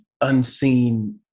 unseen